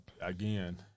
again